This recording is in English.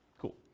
Cool